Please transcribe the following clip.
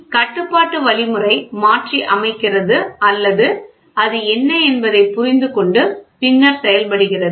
கட்டுப்பாட்டு வழிமுறை மாற்றியமைக்கிறது அல்லது அது என்ன என்பதைப் புரிந்துகொண்டு பின்னர் செயல்படுகிறது